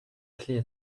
clear